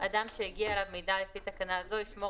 שהמשרד בראשות המנכ"ל פועל למצוא מנגנוני ויסות